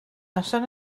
noson